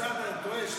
השר, אתה טועה.